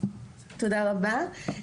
תודה רבה.